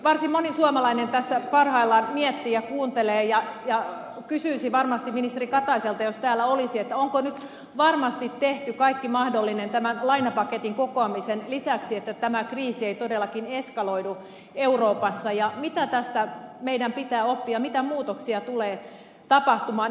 varsin moni suomalainen tässä parhaillaan miettii ja kuuntelee ja kysyisi varmasti ministeri kataiselta jos täällä olisi onko nyt varmasti tehty kaikki mahdollinen tämän lainapaketin kokoamisen lisäksi että tämä kriisi ei todellakaan eskaloidu euroopassa ja mitä tästä meidän pitää oppia mitä muutoksia tulee tapahtumaan euromaiden kesken